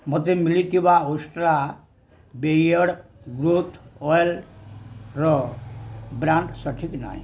ମୋତେ ମିଳିଥିବା Ustraa beard growth ଅଏଲ୍ର ବ୍ରାଣ୍ଡ୍ ସଠିକ୍ ନାହିଁ